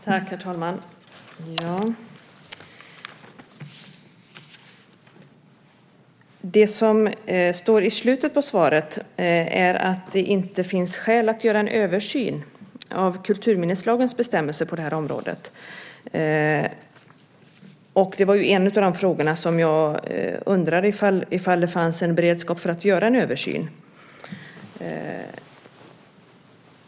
Herr talman! Det som står i slutet på svaret är att det inte finns skäl att göra en översyn av kulturminneslagens bestämmelser på det här området. Det var en av mina frågor: Jag undrade om det fanns en beredskap för att göra en översyn.